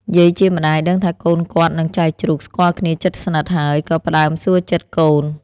យាយជាម្ដាយដឹងថាកូនគាត់នឹងចៅជ្រូកស្គាល់គ្នាជិតស្និទ្ធហើយ ក៏ផ្ដើមសួរចិត្ដកូន។